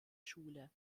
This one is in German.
schule